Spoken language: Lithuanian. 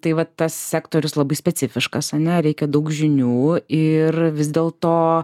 tai va tas sektorius labai specifiškas ane reikia daug žinių ir vis dėlto